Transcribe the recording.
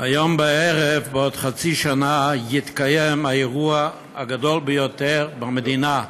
היום בערב בעוד חצי שנה יתקיים האירוע הגדול ביותר במדינה,